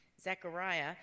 Zechariah